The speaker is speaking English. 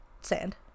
sand